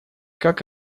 как